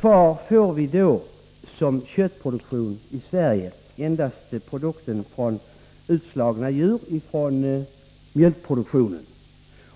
Kvar har vi då när det gäller köttproduktionen i Sverige endast produkter som kommer från djur som slagits ut från mjölkproduktionen.